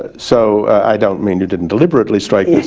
ah so, i don't mean you didn't deliberately strike this